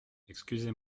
excusez